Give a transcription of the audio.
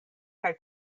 kaj